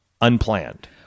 unplanned